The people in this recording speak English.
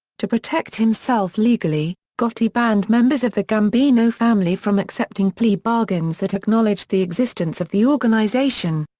to protect himself legally, gotti banned members of the gambino family from accepting plea bargains that acknowledged the existence of the organization.